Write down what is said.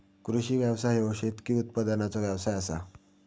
कृषी व्यवसाय ह्यो शेतकी उत्पादनाचो व्यवसाय आसा